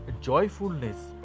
joyfulness